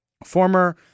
former